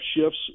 shifts